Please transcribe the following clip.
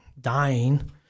dying